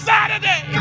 Saturday